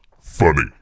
funny